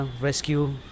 rescue